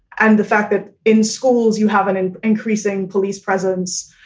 and the fact that in schools you have an an increasing police presence,